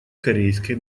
корейской